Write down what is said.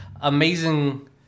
amazing